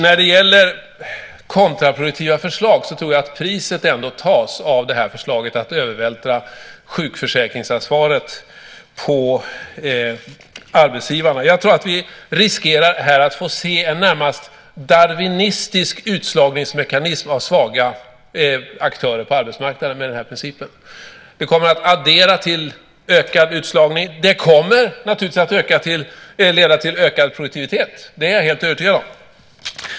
När det gäller kontraproduktiva förslag tror jag ändå att priset tas av förslaget att övervältra sjukförsäkringsansvaret på arbetsgivarna. Jag tror att vi med den principen riskerar att få en närmast darwinistisk utslagningsmekanism av svaga aktörer på arbetsmarknaden. Det kommer att ge ökad utslagning. Det kommer naturligtvis att leda till ökad produktivitet. Det är jag helt övertygad om.